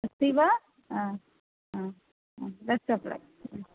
अस्ति वा हा हा हा बेस्ट् आफ़् लक्